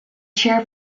chair